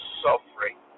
suffering